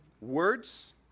words